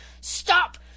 Stop